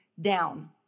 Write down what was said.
down